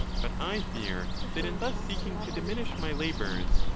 but i fear that in thus seeking to diminish my labours,